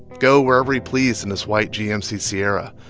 go wherever he pleased in his white gmc sierra.